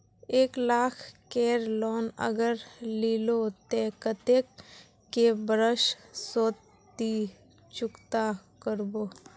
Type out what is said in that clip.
एक लाख केर लोन अगर लिलो ते कतेक कै बरश सोत ती चुकता करबो?